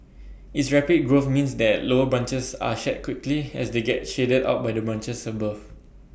its rapid growth means that lower branches are shed quickly as they get shaded out by the branches above